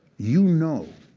you know